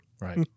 right